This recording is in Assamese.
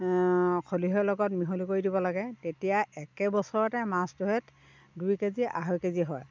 খলিহৈ লগত মিহলি কৰি দিব লাগে তেতিয়া একে বছৰতে মাছটোহেঁত দুই কেজি আঢ়ৈ কেজি হয়